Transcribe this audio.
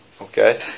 okay